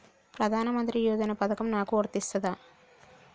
ప్రధానమంత్రి యోజన పథకం నాకు వర్తిస్తదా?